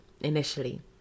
initially